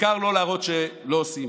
העיקר לא להראות שלא עושים.